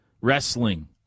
wrestling